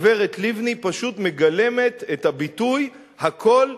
הגברת לבני פשוט מגלמת את הביטוי "הכול דיבורים".